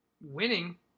winning